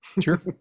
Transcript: Sure